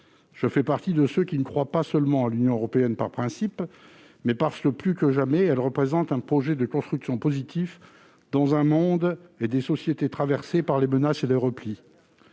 Je fais partie de ceux qui croient à l'Union européenne non pas seulement par principe, mais parce que, plus que jamais, elle constitue un projet de construction positif dans un monde et des sociétés traversés par les menaces et les replis.